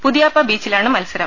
പുതിയാപ്പ ബീച്ചിലാണ് മത്സരം